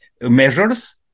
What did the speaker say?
measures